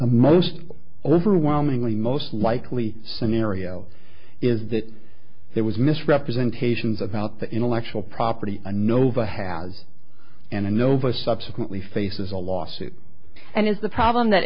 most overwhelmingly most likely scenario is that there was misrepresentations about the intellectual property and nova has an innova subsequently faces a lawsuit and is the problem that